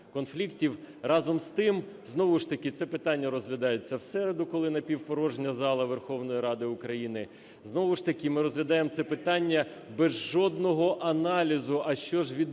Разом з тим, знову ж таки це питання розглядається в середу, коли напівпорожня зала Верховної Ради України, знову ж таки ми розглядаємо це питання без жодного аналізу, а що ж відбувається